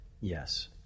Yes